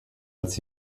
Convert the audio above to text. als